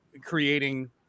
creating